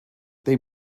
they